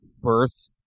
Birth